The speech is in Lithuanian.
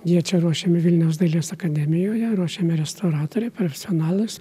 jie čia ruošiami vilniaus dailės akademijoje ruošiami restauratoriai personalas